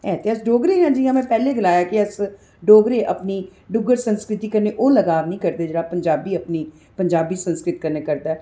ऐ ते अस डोगरे आं जियां में पैह्लें गलाया कि अस डोगरे अपनी डुग्गर संस्कृति कन्नै ओह् लगाव निं करदे जेह्ड़ा पंजाबी अपनी पंजाबी संस्कृति कन्नै करदा ऐ